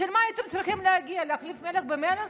בשביל מה הייתם צריכים להגיע, להחליף מלך במלך?